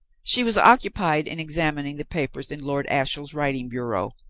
she was occupied in examining the papers in lord ashiel's writing bureau,